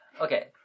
Okay